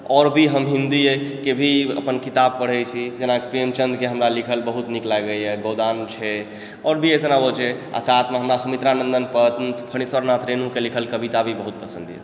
आोर भी हम हिन्दीके भी अपन किताब पढ़ै छी जेना प्रेमचन्दके हमरा लिखल बहुत नीक लागैए गोदान छै आओर भी एहन आओर छै साथमे हमरा सुमित्रा नन्दन पन्त फणीश्वर नाथ रेणु के लिखल कविता भी बहुत पसन्द अछि